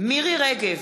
מירי רגב,